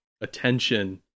attention